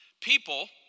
People